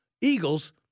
Eagles